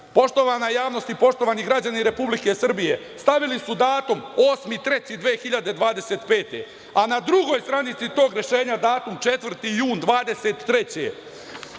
poštovana javnosti, poštovani građani Republike Srbije, stavili su datum 8. mart 2025. godine, a na drugoj stranici tog rešenja datum 4. jun 2023.